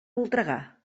voltregà